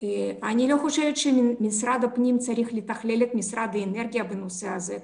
אני לא חושבת שמשרד הפנים צריך לתכלל את משרד האנרגיה בנושא הזה.